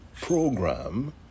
program